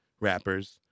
rappers